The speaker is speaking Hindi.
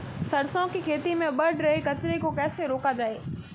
सरसों की खेती में बढ़ रहे कचरे को कैसे रोका जाए?